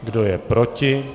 Kdo je proti?